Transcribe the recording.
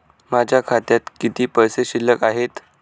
माझ्या खात्यात किती पैसे शिल्लक आहेत?